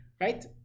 right